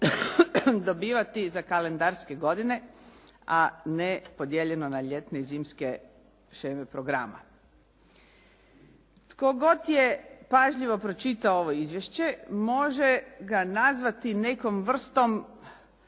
dobivati za kalendarske godine, a ne podijeljeno na ljetne i zimske sheme programa. Tko god je pažljivo pročitao ovo izvješće može ga nazvati nekom vrstom